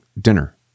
dinner